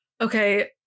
okay